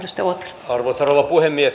arvoisa rouva puhemies